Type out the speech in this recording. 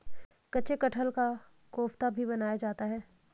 कच्चे कटहल का कोफ्ता भी बनाया जाता है